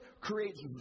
creates